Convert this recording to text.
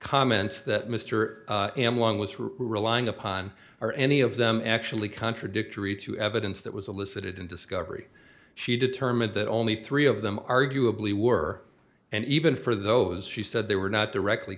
comments that mr am one was relying upon or any of them actually contradictory to evidence that was a listed in discovery she determined that only three of them arguably were and even for those she said they were not directly